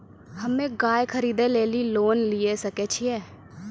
हम्मे गाय खरीदे लेली लोन लिये सकय छियै?